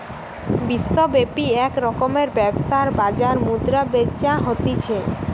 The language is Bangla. বিশ্বব্যাপী এক রকমের ব্যবসার বাজার মুদ্রা বেচা হতিছে